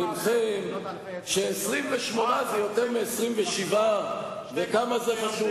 מכם ש-28 זה יותר מ-27 וכמה זה חשוב.